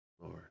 Lord